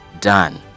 done